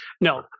no